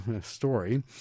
story